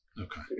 Okay